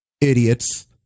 Idiots